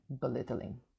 belittling